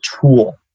tool